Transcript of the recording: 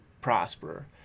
prosper